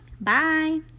bye